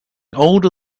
older